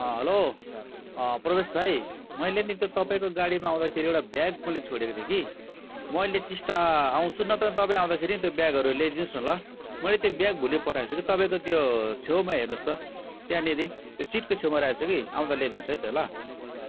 hello Pravesh भाइ मैले नि त्यो तपाईँको गाडीमा आउँदाखेरि एउटा ब्याग मैले छोडेको थिएँ कि म अहिले टिस्टा आउँछु नत्र तपाईँ आउँदाखेरि नि त्यो ब्यागहरू ल्याइदिनु होस् न ल मैले त्यो ब्याग भुलिपठाएछु कि त्यो तपाईँको छेउमा हेर्नु होस् त त्यहाँनेरि त्यो सिटको छेउमा राखेको छु कि आउँदा ल्याइदिनु होस् है त ल